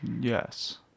Yes